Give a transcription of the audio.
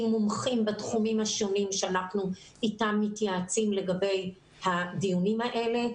עם מומחים בתחומים השונים אתם אנחנו מתייעצים לגבי הדיונים האלה.